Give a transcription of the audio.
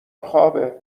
خوابه